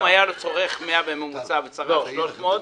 אם הוא צורך 100 בממוצע וצרך 300,